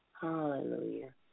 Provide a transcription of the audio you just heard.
Hallelujah